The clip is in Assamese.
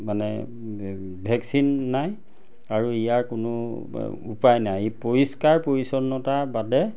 মানে ভেকচিন নাই আৰু ইয়াৰ কোনো উপায় নাই ই পৰিষ্কাৰ পৰিচ্ছন্নতাৰ বাদে